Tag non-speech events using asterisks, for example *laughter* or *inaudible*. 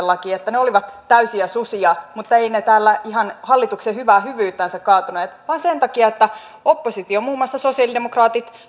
*unintelligible* laki että ne olivat täysiä susia mutta eivät ne täällä ihan hallituksen hyvää hyvyyttä kaatuneet vaan sen takia että oppositio muun muassa sosialidemokraatit